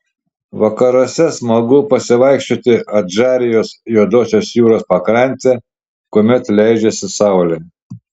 vakaruose smagu pasivaikščioti adžarijos juodosios jūros pakrante kuomet leidžiasi saulė